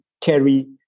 carry